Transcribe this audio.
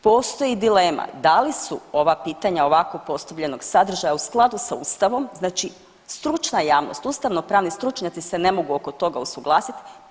postoji dilema da li su ova pitanja ovako postavljenog sadržaja u skladu sa Ustavom, znači stručna javnost, ustavno-pravni stručnjaci se ne mogu oko toga usuglasiti.